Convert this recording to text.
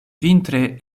vintre